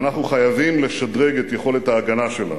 אנחנו חייבים לשדרג את יכולת ההגנה שלנו,